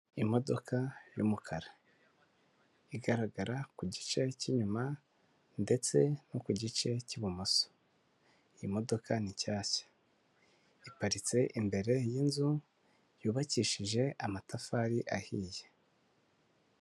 Imodoka y'umukara igaragara ku gice cy'inyuma ndetse no ku gice cy'ibumoso imodoka ni nshyashya iparitse imbere y'inzu yubakishije amatafari ahiye.